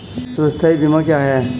स्वास्थ्य बीमा क्या है?